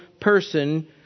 person